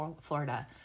Florida